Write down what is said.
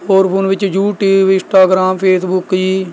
ਹੋਰ ਫੋਨ ਵਿੱਚ YouTube Instagram Facebook ਜੀ